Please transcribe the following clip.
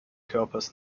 körpers